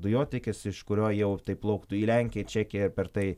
dujotekis iš kurio jau taip plauktų į lenkiją čekiją ir per tai